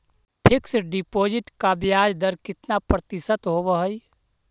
Fix deposit का ब्याज दर कितना प्रतिशत होब है?